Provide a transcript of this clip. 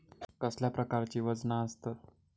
कसल्या प्रकारची वजना आसतत?